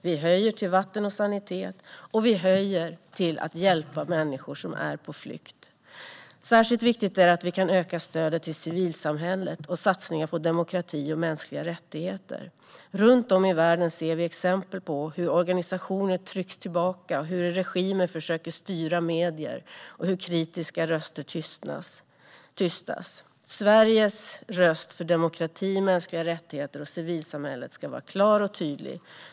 Vi höjer biståndet till vatten och sanitet liksom till hjälp för människor som är på flykt. Särskilt viktigt är det att öka stödet till civilsamhället och satsningar på demokrati och mänskliga rättigheter. Runt om i världen ser vi exempel på hur organisationer trycks tillbaka, hur regimer försöker styra medier och hur kritiska röster tystas. Sveriges röst för demokrati, mänskliga rättigheter och civilsamhället ska vara klar och tydlig.